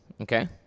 okay